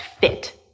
fit